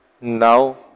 Now